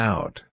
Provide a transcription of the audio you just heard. Out